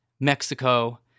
Mexico